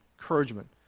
encouragement